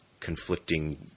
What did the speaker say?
conflicting